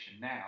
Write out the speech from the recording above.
Now